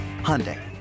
Hyundai